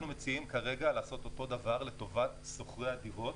אנחנו מציעים כרגע לעשות אותו דבר לטובת שוכרי הדירות,